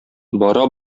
бара